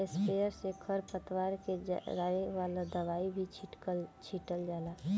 sprayer से खर पतवार के जरावे वाला दवाई भी छीटल जाला